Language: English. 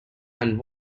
and